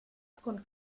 con